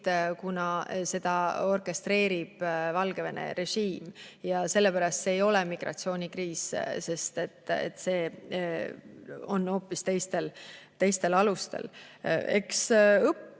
kuna seda orkestreerib Valgevene režiim. Sellepärast see ei ole migratsioonikriis, sest et see käib hoopis teistel alustel. Eks õppida